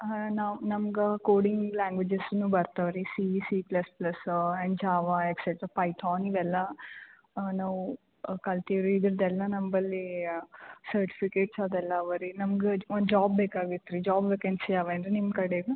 ನಾವು ನಮ್ಗೆ ಕೋಡಿಂಗ್ ಲಾಂಗ್ವೇಜಸ್ನು ಬರ್ತವೆ ರೀ C C plus plus and Java etcetera Python ಇವೆಲ್ಲ ನಾವು ಕಲ್ತೀವಿ ರೀ ಇದರದ್ದೆಲ್ಲ ನಮ್ಮಲ್ಲಿ ಸರ್ಟ್ಫಿಕೇಟ್ಸ್ ಅದೆಲ್ಲ ಇವೇರಿ ನಮ್ಗೆ ಒಂದು ಜಾಬ್ ಬೇಕಾಗಿತ್ತು ರೀ ಜಾಬ್ ವೇಕೆನ್ಸಿ ಇವೆ ಏನು ನಿಮ್ಮ ಕಡೇದು